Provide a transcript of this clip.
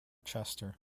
chester